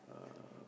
uh